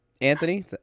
Anthony